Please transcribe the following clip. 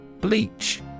Bleach